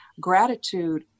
gratitude